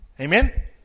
Amen